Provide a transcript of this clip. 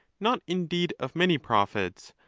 not in deed of many prophets,